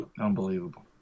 Unbelievable